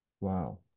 Wow